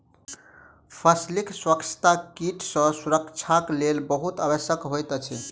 फसीलक स्वच्छता कीट सॅ सुरक्षाक लेल बहुत आवश्यक होइत अछि